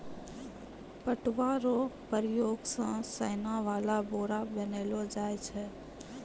पटुआ रो प्रयोग से सोन वाला बोरा बनैलो जाय छै